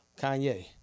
Kanye